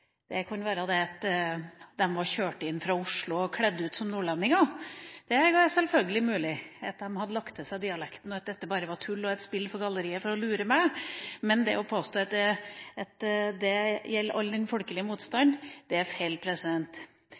mulig at de hadde lagt seg til dialekten, og at dette bare var tull og et spill for galleriet for å lure meg. Men å påstå at det gjelder all den folkelige motstanden, det er feil!